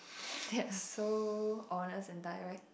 they are so honest and direct